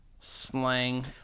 Slang